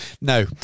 no